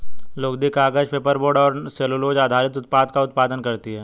लुगदी, कागज, पेपरबोर्ड और अन्य सेलूलोज़ आधारित उत्पादों का उत्पादन करती हैं